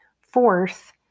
Fourth